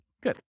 good